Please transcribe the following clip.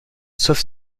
sauf